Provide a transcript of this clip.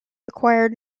acquired